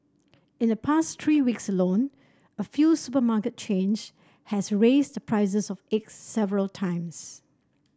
in the past three weeks alone a few supermarket chains has raised the prices of eggs several times